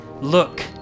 Look